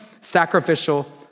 sacrificial